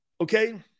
Okay